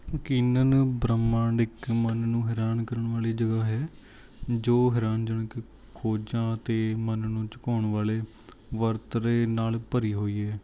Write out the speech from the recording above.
ਯਕੀਨਨ ਬ੍ਰਹਿਮੰਡ ਇੱਕ ਮਨ ਨੂੰ ਹੈਰਾਨ ਕਰਨ ਵਾਲੀ ਜਗ੍ਹਾ ਹੈ ਜੋ ਹੈਰਾਨੀਜਨਕ ਖੋਜਾਂ ਅਤੇ ਮਨ ਨੂੰ ਝੁਕਾਉਣ ਵਾਲੇ ਵਰਤਾਰੇ ਨਾਲ ਭਰੀ ਹੋਈ ਹੈ